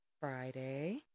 Friday